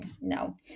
no